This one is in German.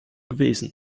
gewesen